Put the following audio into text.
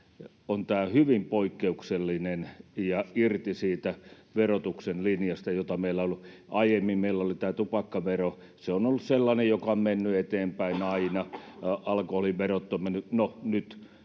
on tämä hyvin poikkeuksellinen ja irti siitä verotuksen linjasta, joka meillä on ollut. Aiemmin meillä oli täällä tupakkavero, ja se ollut sellainen, joka on mennyt eteenpäin aina, ja alkoholin verot ovat menneet — no, nyt